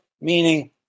meaning